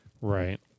Right